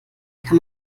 kann